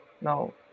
no